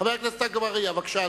חבר הכנסת אגבאריה, בבקשה,